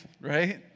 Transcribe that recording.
right